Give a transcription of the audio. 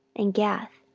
and gath,